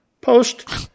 Post